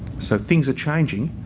so things are changing.